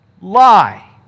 lie